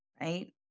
right